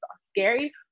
scary